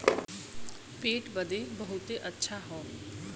पेट बदे बहुते अच्छा हौ